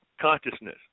Consciousness